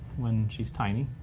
when she's tiny.